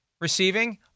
receiving